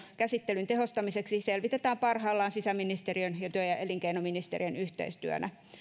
käsittelyn tehostamiseksi selvitetään parhaillaan sisäministeriön ja työ ja elinkeinoministeriön yhteistyönä